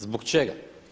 Zbog čega?